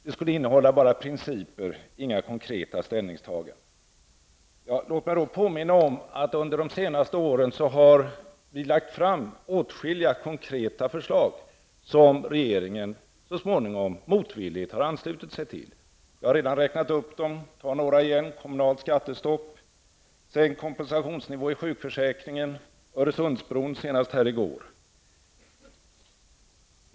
Det skulle bara innehålla principer och inga konkreta ställningstaganden. Låt mig då påminna om att vi under de senaste åren har lagt fram åtskilliga konkreta förslag som regeringen så småningom motvilligt har anslutit sig till. Jag har redan räknat upp dem. Jag tar några igen, kommunalt skattestopp, sänkt kompensationsnivå i sjukförsäkringen och Öresundsbron senast här i går.